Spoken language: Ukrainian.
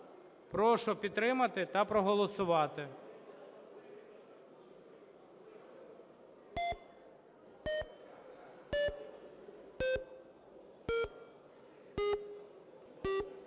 Прошу підтримати та проголосувати.